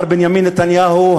מר בנימין נתניהו,